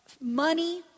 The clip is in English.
money